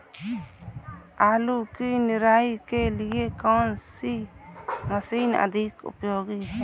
आलू की निराई के लिए कौन सी मशीन अधिक उपयोगी है?